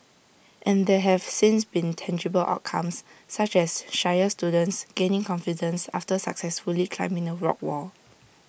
and there have since been tangible outcomes such as shyer students gaining confidence after successfully climbing the rock wall